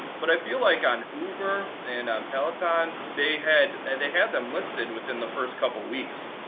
but i feel like on uber and on peleton, they had and they had them listed within the first couple of weeks.